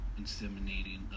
Inseminating